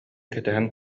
кэтэһэн